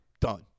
done